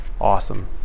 Awesome